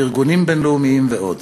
בארגונים בין-לאומיים ועוד.